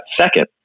second